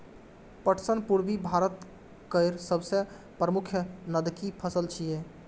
पटसन पूर्वी भारत केर सबसं प्रमुख नकदी फसल छियै